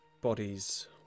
bodies